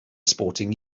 sporting